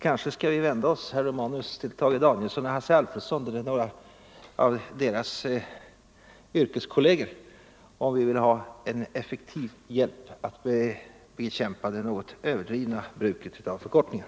Kanske skall vi vända oss till Tage Danielsson och Hasse Alfredson eller några av deras yrkeskolleger om vi vill ha en effektiv hjälp att bekämpa det något överdrivna bruket av förkortningar.